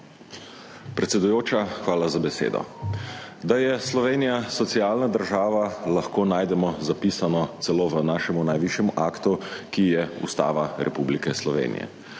Predsedujoča, hvala za besedo. Da je Slovenija socialna država, lahko najdemo zapisano celo v našem najvišjem aktu, ki je Ustava Republike Slovenije.